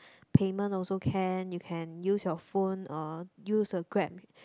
payment also can you can use your phone or use the Grab